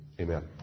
Amen